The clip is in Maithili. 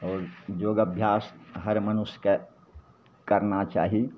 आओर योग अभ्यास हर मनुष्यके करना चाही